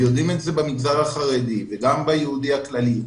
יודעים את זה במגזר החרדי וגם ביהודי הכללי,